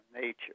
nature